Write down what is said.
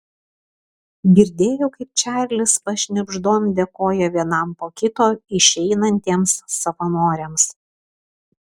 girdėjau kaip čarlis pašnibždom dėkoja vienam po kito išeinantiems savanoriams